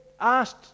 asked